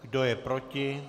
Kdo je proti?